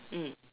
mm